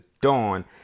Dawn